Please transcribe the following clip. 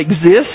exist